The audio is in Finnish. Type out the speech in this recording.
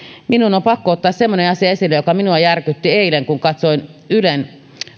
minun on pakko ottaa semmoinen asia esille joka minua järkytti eilen kun katsoin ylen